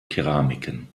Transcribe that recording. keramiken